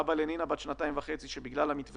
אבא לנינה בת שנתיים וחצי שבגלל המתווה